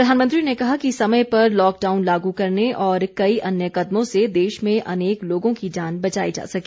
प्रधानमंत्री ने कहा कि समय पर लॉकडाउन लागू करने और कई अन्य कदमों से देश में अनेक लोगों की जान बचाई जा सकी